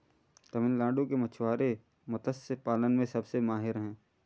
तमिलनाडु के मछुआरे मत्स्य पालन में सबसे माहिर हैं